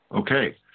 Okay